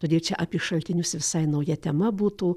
todėl čia apie šaltinius visai nauja tema būtų